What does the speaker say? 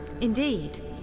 Indeed